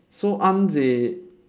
so aren't they